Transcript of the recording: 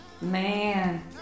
Man